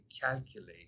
calculate